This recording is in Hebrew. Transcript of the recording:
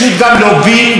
לא הסכם שלום,